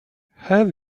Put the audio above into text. have